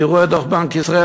תראו את דוח בנק ישראל,